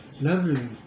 lovely